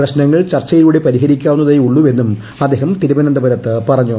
പ്രശ്നങ്ങൾ ചർച്ചയിലൂടെ പരിഹരിക്കാവുന്നതേയുള്ളൂ എന്നും അദ്ദേഹം തിരുവനന്തപുരത്ത് പറഞ്ഞു